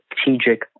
strategic